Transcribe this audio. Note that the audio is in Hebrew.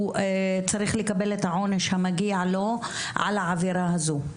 צריך לקבל את העונש המגיע לו בגין העבירה הזאת.